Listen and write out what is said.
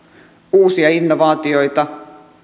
uusia innovaatioita